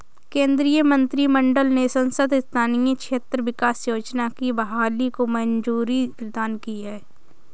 केन्द्रीय मंत्रिमंडल ने सांसद स्थानीय क्षेत्र विकास योजना की बहाली को मंज़ूरी प्रदान की है